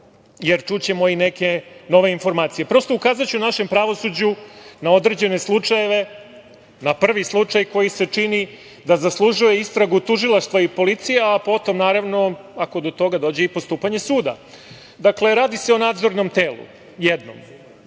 Jer, čućemo i neke nove informacije. Prosto, ukazaću našem pravosuđu na određene slučajeve, na prvi slučaj koji se čini da zaslužuje istragu tužilaštva i policije, a potom, naravno, ako do toga dođe, i postupanje suda. Dakle, radi se o nadzornom telu,